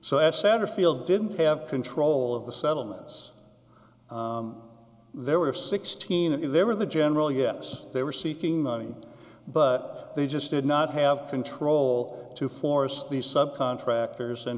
so as satterfield didn't have control of the settlements there were sixteen in there were the general yes they were seeking money but they just did not have control to force these sub contractors